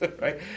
right